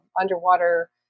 underwater